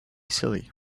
silly